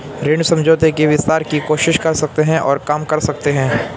ऋण समझौते के विस्तार की कोशिश कर सकते हैं और काम कर सकते हैं